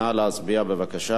בבקשה.